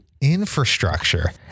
infrastructure